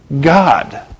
God